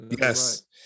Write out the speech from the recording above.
Yes